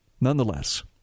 Nonetheless